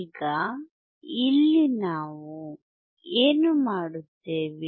ಈಗ ಇಲ್ಲಿ ನಾವು ಏನು ಮಾಡುತ್ತೇವೆ